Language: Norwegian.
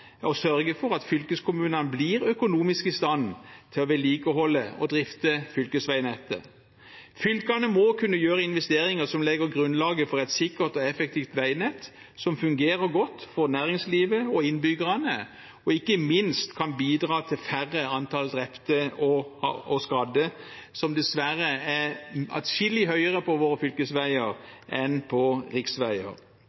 å sørge for at fylkeskommunene blir økonomisk i stand til å vedlikeholde og drifte fylkesveinettet. Fylkene må kunne gjøre investeringer som legger grunnlaget for et sikkert og effektivt veinett som fungerer godt for næringslivet og innbyggerne, og som ikke minst kan bidra til færre antall drepte og skadde, som dessverre er atskillig høyere på våre